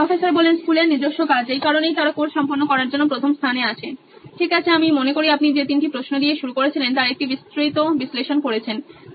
professor স্কুলের নিজস্ব কাজ এই কারণেই তারা কোর্স সম্পন্ন করার জন্য প্রথম স্থানে আছে ঠিক আছে আমি মনে করি আপনি যে তিনটি প্রশ্ন দিয়ে শুরু করেছিলেন তার একটি বিস্তৃত বিশ্লেষণ করেছেন